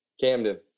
Camden